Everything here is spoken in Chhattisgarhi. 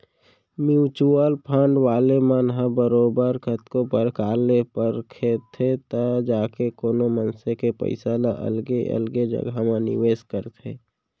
म्युचुअल फंड वाले मन ह बरोबर कतको परकार ले परखथें तब जाके कोनो मनसे के पइसा ल अलगे अलगे जघा म निवेस करथे